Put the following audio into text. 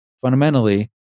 Fundamentally